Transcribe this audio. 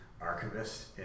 Archivist